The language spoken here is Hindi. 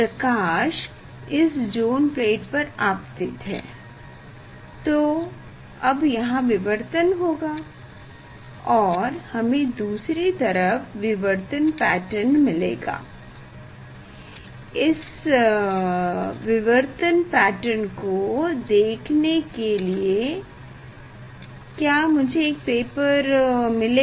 प्रकाश इस ज़ोन प्लेट पर आपतित है तो अब यहाँ विवर्तन होगा और हमें दूसरी तरफ विवर्तन पैटर्न मिलेगा इस दिफ़्फ्रक्टिओन पैटर्न को देखने के लिए क्या मुझे एक पेपर मिलेगा